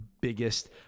biggest